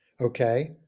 Okay